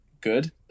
good